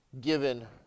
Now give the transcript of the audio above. given